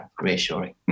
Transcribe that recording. reassuring